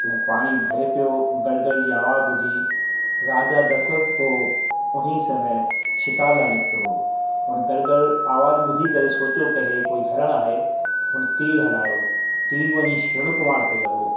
ऐं पाणी भरे पियो गड़ गड़ जी अवाजु ॿुधी राजा दशरथ खां उन्हीअ समय शिकार लाइ निकितो हो उन गड़ गड़ आवाजु ॿुधी करे सोचो के हे कोई हरण आहे उन तीर हलायो तीर वञी श्रवण कुमार खे लॻो